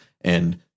And-